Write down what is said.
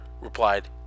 replied